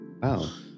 wow